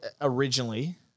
originally